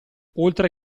oltre